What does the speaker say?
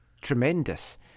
tremendous